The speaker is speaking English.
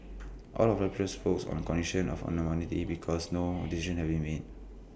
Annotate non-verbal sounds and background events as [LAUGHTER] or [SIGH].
all of the [UNINTELLIGIBLE] spoke on condition of anonymity because no decision has been made